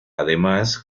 además